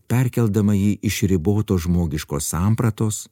perkeldama jį iš riboto žmogiško sampratos